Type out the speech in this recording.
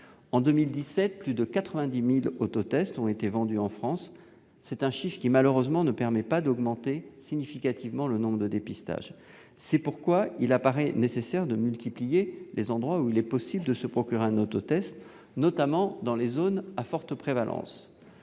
En 2017, plus de 90 000 autotests ont été vendus en France, un chiffre qui ne permet malheureusement pas d'augmenter significativement le nombre de dépistages. C'est pourquoi il apparaît nécessaire de multiplier les endroits où il est possible de se procurer un autotest, notamment dans les zones à forte prévalence.